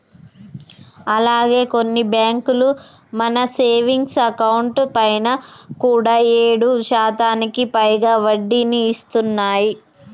అలాగే కొన్ని బ్యాంకులు మన సేవింగ్స్ అకౌంట్ పైన కూడా ఏడు శాతానికి పైగా వడ్డీని ఇస్తున్నాయి